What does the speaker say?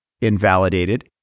invalidated